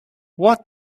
what